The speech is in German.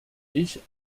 ich